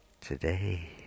Today